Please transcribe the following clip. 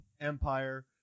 Empire